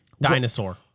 Dinosaur